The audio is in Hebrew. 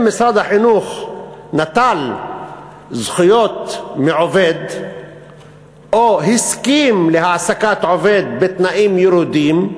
אם משרד החינוך נטל זכויות מעובד או הסכים להעסקת עובד בתנאים ירודים,